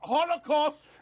Holocaust